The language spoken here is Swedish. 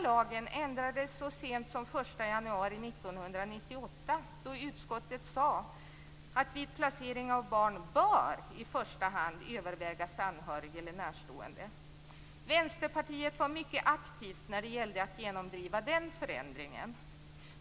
Lagen ändrades så sent som den 1 januari 1998, då utskottet sade att vid placering av barn bör i första hand övervägas anhörig eller närstående. Vänsterpartiet var mycket aktivt när det gällde att genomdriva den förändringen.